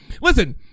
Listen